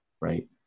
right